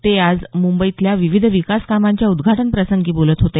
ते आज मुंबईतल्या विविध विकास कामांच्या उद्घाटन प्रसंगी बोलत होते